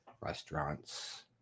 restaurants